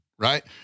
right